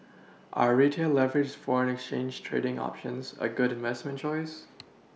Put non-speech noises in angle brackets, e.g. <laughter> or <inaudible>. <noise> are retail leveraged foreign exchange trading options a good investment choice